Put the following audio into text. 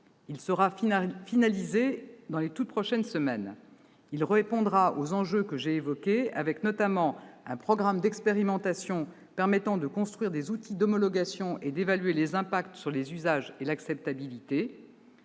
Il sera finalisé dans les toutes prochaines semaines. Il répondra aux enjeux que j'ai évoqués et comportera notamment un programme d'expérimentation permettant de construire des outils d'homologation et d'évaluer les impacts sur les usages et l'acceptabilité.